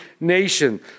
nation